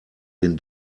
den